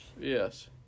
Yes